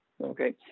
Okay